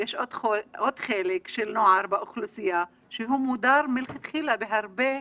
יש עוד חלק של נוער באוכלוסייה שהוא מודר מלכתחילה בהרבה מקומות,